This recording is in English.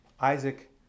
Isaac